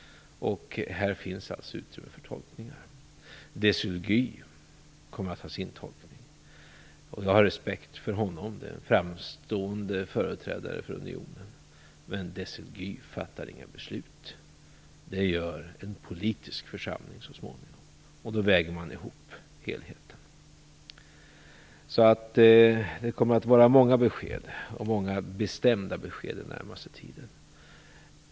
Här finns alltså utrymme för tolkningar. De Silguy kommer att ha sin tolkning, och jag har respekt för honom. Det är en framstående företrädare för unionen. Men de Silguy fattar inga beslut. Det gör en politisk församling så småningom, och då väger man samman och ser till helheten. Det kommer att komma många bestämda besked under den närmaste tiden.